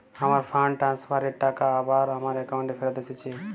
আমার fund transfer এর টাকা আবার আমার একাউন্টে ফেরত এসেছে